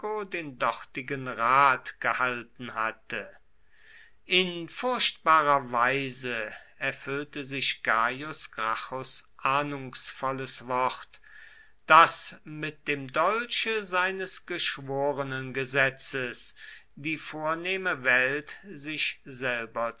den dortigen rat gehalten hatte in furchtbarer weise erfüllte sich gaius gracchus ahnungsvolles wort daß mit dem dolche seines geschworenengesetzes die vornehme welt sich selber